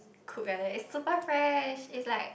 cook like that it's super fresh it's like